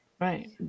right